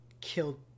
killed